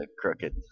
crooked